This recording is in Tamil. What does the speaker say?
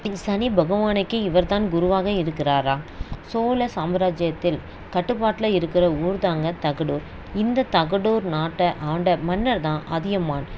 இங்கே சனி பகவானுக்கே இவர் தான் குருவாக இருக்கிறாராம் சோழ சாம்ராஜ்யத்தில் கட்டுப்பாட்டில் இருக்கிற ஊர் தாங்க தகடூர் இந்தத் தகடூர் நாட்டை ஆண்ட மன்னர் தான் அதியமான்